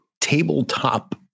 tabletop